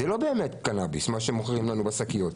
זה לא באמת קנביס, מה שמוכרים לנו בשקיות.